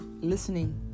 listening